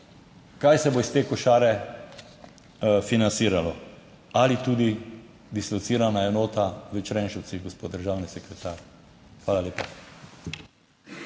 kaj se bo iz te košare financiralo? Ali tudi dislocirana enota v Črenšovcih, gospod državni sekretar? Hvala lepa.